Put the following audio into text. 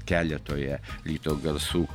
keletoje ryto garsų